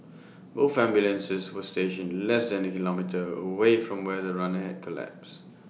both ambulances were stationed less than A kilometre away from where the runner had collapsed